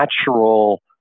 natural